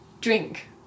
Drink